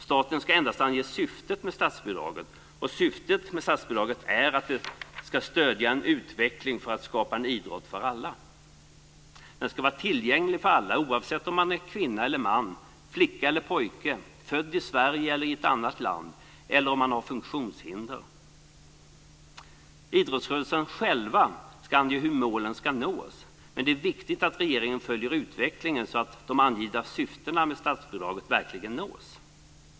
Staten ska endast ange syftet med statsbidraget, och syftet med statsbidraget är att det ska stödja en utveckling för att skapa en idrott för alla. Den ska vara tillgänglig för alla oavsett om man är kvinna eller man, om man är flicka eller pojke, om man är född i Sverige eller i ett annat land eller om man har funktionshinder. Idrottsrörelsen själv ska ange hur målen ska nås men det är viktigt att regeringen följer utvecklingen så att de angivna syftena med statsbidraget verkligen nås.